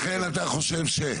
לכן אתה חושב ש?